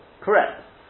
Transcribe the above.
Correct